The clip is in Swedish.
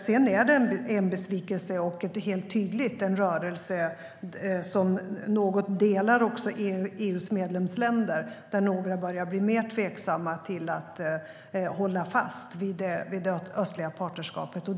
Det är en besvikelse att det helt tydligt finns en rörelse som något delar EU:s medlemsländer, att några börjar bli mer tveksamma till att hålla fast vid det östliga partnerskapet.